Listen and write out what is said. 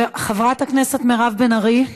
חברת הכנסת מירב בן ארי,